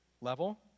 level